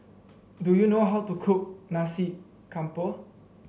do you know how to cook Nasi Campur